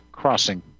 Crossing